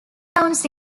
rounds